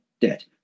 debt